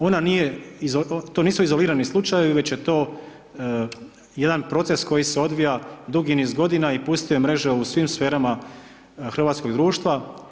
Ona nije, to nisu izolirani slučajevi, već je to jedan proces koji se odvija dugi niz godina i pustio je mreže u svim sferama hrvatskog društva.